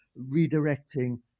redirecting